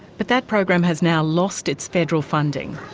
but that program has now lost its federal funding.